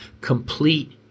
Complete